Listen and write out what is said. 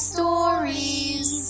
Stories